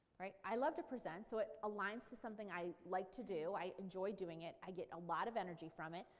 right? i love to present so it aligns with something i like to do. i enjoy doing it. i get a lot of energy from it.